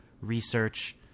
research